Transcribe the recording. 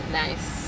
nice